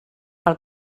pel